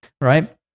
Right